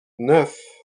neuf